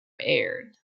aired